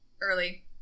early